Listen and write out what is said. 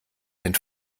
den